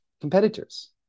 competitors